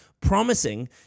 promising